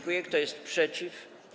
Kto jest przeciw?